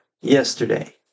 yesterday